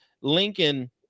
Lincoln